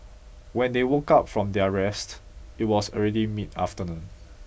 when they woke up from their rest it was already mid afternoon